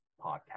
podcast